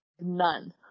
none